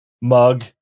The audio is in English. mug